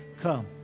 Come